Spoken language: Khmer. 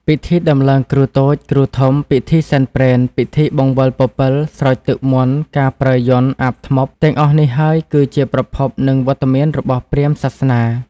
ពិធីដំឡើងគ្រូតូច គ្រូធំ ពិធីសែនព្រេន ពិធីបង្វិលពពិលស្រោចទឹកមន្តការប្រើយ័ន្ត អាបធ្មប់ ទាំងអស់នេះហើយគឺជាប្រភព និងវត្តមានរបស់ព្រាហ្មណ៍សាសនា។